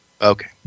Okay